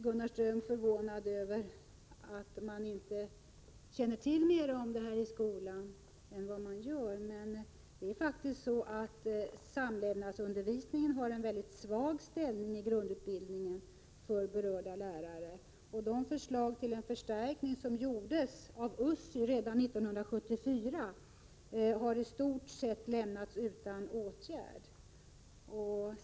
Gunnar Ström är förvånad över att man i skolan inte känner till mer om sex och samlevnad. Men samlevnadsundervisningen har en mycket svag ställning i grundutbildningen för berörda lärare. Och de förslag till en förstärkning som gjordes av USSU, utredningen rörande sex och samlevnad, redan 1974 har i stort sett lämnats utan åtgärd.